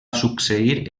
succeir